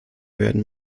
werden